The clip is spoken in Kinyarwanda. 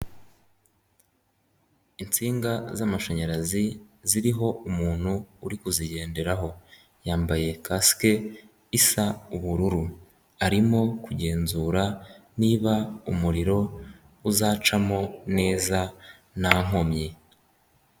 Insinga z'amashanyarazi ziriho umuntu uri kuzigenderaho yambaye kasike isa ubururu. Arimo kugenzura niba umuriro uzacamo neza nta nkomyi.